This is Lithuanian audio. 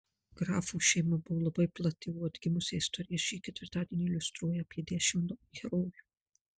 grafų šeima buvo labai plati o atgimusią istoriją šį ketvirtadienį iliustruoja apie dešimt herojų